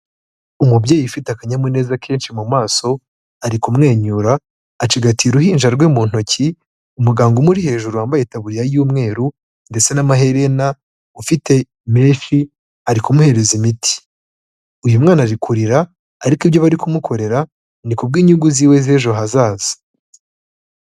Umubyeyi ufite akanyamuneza kenshi mu maso, ari kumwenyura acigatiye uruhinja rwe mu ntoki, umuganga umuri hejuru wambaye itaburiya y'umweru ndetse n'amaherena ufite menshi ari kumuhereza imiti, uyu mwana ari kurira ariko ibyo bari kumukorera ni kubw'inyungu ziwe z'ejo hazaza.